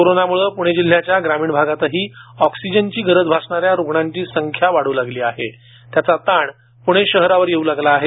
कोरोनाम्ळे प्णे जिल्ह्याच्या ग्रामीण भागातही ऑक्सिजनची गरज भासणाऱ्या रूग्णांची संख्या वाढू लागली आहे त्याचा ताण प्णे शहरावर येऊ लागला आहे